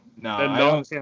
no